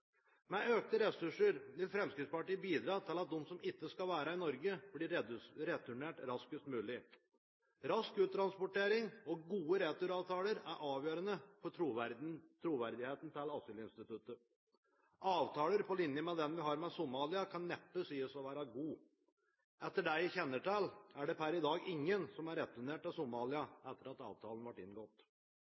Med økte ressurser vil Fremskrittspartiet bidra til at de som ikke skal være i Norge, blir returnert raskest mulig. Rask uttransportering og gode returavtaler er avgjørende for troverdigheten til asylinstituttet. Avtaler på linje med den vi har med Somalia, kan neppe sies å være god. Etter det jeg kjenner til, er det per i dag ingen som er returnert til Somalia etter at avtalen ble inngått.